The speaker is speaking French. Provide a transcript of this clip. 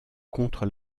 contre